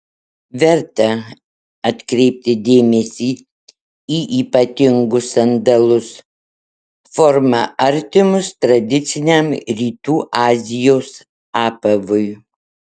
verta atkreipti dėmesį į ypatingus sandalus forma artimus tradiciniam rytų azijos apavui